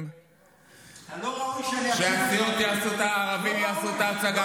ממשלה אשר מבצעת הריסות